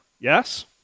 Yes